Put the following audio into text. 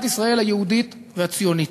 במדינת ישראל היהודית והציונית.